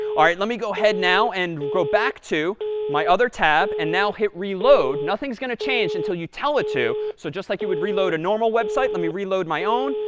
all right. let me go ahead now and go back to my other tab and now hit reload. nothing's going to change until you tell it to, so just like you would reload a normal website, let me reload my own.